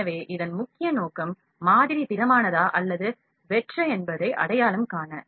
எனவே இதன் முக்கிய நோக்கம் மாதிரி திடமானதா அல்லது வெற்ற என்பதை அடையாளம் காண